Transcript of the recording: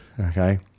okay